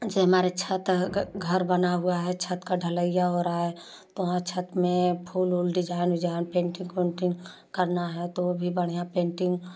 जो हमारे छत घर बना हुआ है छत का ढलैया हो रहा है तो वहां छत में फूल उल डिज़ाइन उजाइन पेंटिंग उंटिंग करना है तो भी बढ़िया पेंटिंग